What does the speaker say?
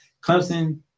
Clemson